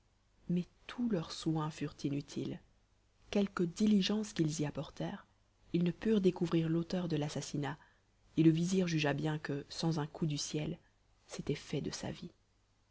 mais tous leurs soins furent inutiles quelque diligence qu'ils y apportèrent ils ne purent découvrir l'auteur de l'assassinat et le vizir jugea bien que sans un coup du ciel c'était fait de sa vie